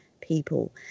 people